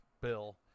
bill